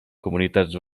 comunitats